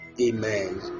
Amen